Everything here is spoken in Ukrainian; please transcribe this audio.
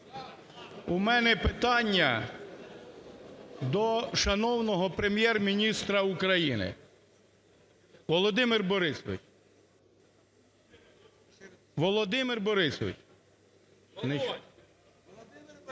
У мене питання до шановного Прем'єр-міністра України. Володимир Борисович, Володимир Борисович.